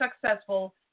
successful